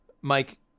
Mike